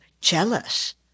jealous